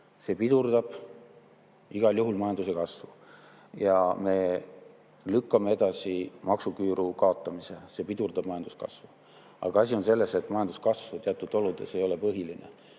see pidurdab igal juhul majanduse kasvu. Ja me lükkame edasi maksuküüru kaotamise, ka see pidurdab majanduskasvu. Aga asi on selles, et majanduskasv teatud oludes ei ole põhiline.